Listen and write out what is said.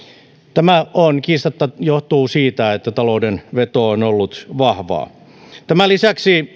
tämä kiistatta johtuu siitä että talouden veto on ollut vahvaa tämän lisäksi